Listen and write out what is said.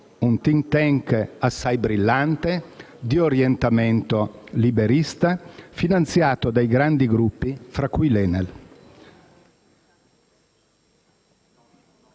un *think tank* assai brillante, di orientamento liberista, finanziato dai grandi gruppi, tra cui l'Enel.